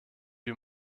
wie